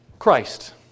Christ